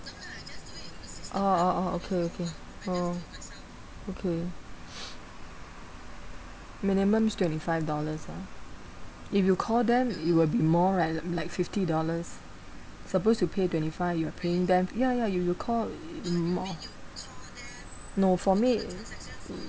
oh oh oh okay okay oh okay minimum is twenty-five dollars ah if you call them it will be more right m~ like fifty dollars supposed to pay twenty-five you're paying them ya ya you you call m~ more no for me